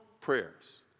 prayers